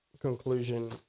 conclusion